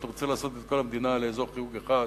רוצה לעשות את כל המדינה אזור חיוג אחד